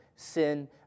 Sin